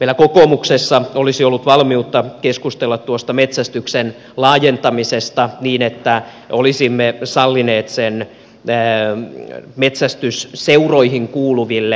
meillä kokoomuksessa olisi ollut valmiutta keskustella tuosta metsästyksen laajentamisesta niin että olisimme sallineet sen metsästysseuroihin kuuluville henkilöille